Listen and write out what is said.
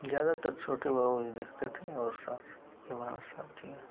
ज़्यादातर छोटी बहू ही देखते थे और साथ निभाना साथिया